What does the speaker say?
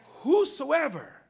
whosoever